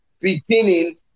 beginning